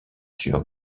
sur